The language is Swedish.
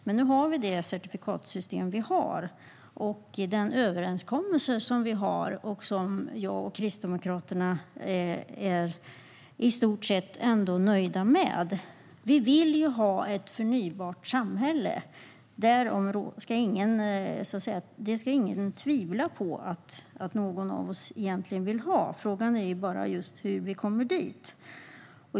Men nu har vi det certifikatsystem vi har samt den överenskommelse vi har och som jag och Kristdemokraterna är i stort sett nöjda med. Vi vill ha ett förnybart samhälle. Därom ska ingen behöva tvivla. Frågan är bara hur vi kommer dit.